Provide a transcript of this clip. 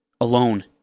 alone